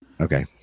Okay